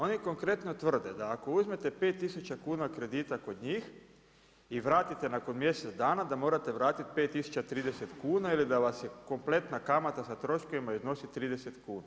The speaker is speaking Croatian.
Oni konkretno tvrde da ako uzmete 5000 kuna kredita kod njih i vratite nakon mjesec dana, da morate vratiti 5030 kuna ili da vas je kompletna kamata sa troškovima iznosi 30 kuna.